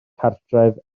cartref